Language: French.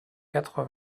quatre